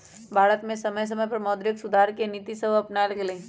भारत में समय समय पर मौद्रिक सुधार के नीतिसभ अपानाएल गेलइ